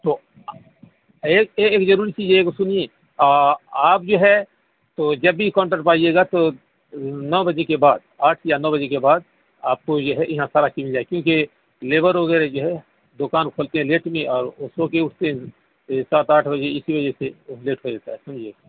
تو ایک ایک ضروری چیز ہے ایک سنیے آپ جو ہے تو جب بھی کاؤنٹر پہ آئیے گا تو نو بجے کے بعد آٹھ یا نو بجے کے بعد آپ کو یہ ہے یہاں سارا چیز مل جائے گا کیوںکہ لیبر وغیرہ جو ہے دوکان کھولتے ہیں لیٹ میں اور وہ سو کے اٹھتے ہیں سات آٹھ بجے اسی وجہ سے لیٹ ہو جاتا ہے سمجھ گئے